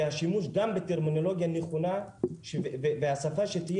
והשימוש גם בטרמינולוגיה נכונה ושפה שתהיה